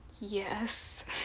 yes